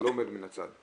הוא לא עומד מן הצד.